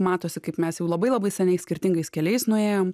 matosi kaip mes jau labai labai seniai skirtingais keliais nuėjom